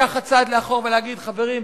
לקחת צעד לאחור ולהגיד: חברים,